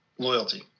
Loyalty